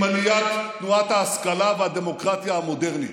עליית תנועת ההשכלה והדמוקרטיה המודרנית.